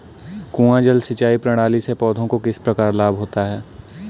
कुआँ जल सिंचाई प्रणाली से पौधों को किस प्रकार लाभ होता है?